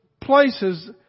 places